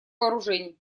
вооружений